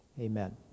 amen